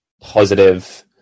positive